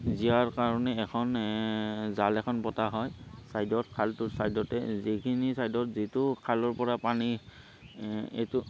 জীয়াৰ কাৰণে এখন জাল এখন পতা হয় ছাইডত খালটোৰ ছাইডতে যেইখিনি ছাইডত যিটো খালৰপৰা পানী এইটো